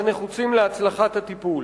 הנחוצים להצלחת הטיפול.